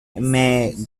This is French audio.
mais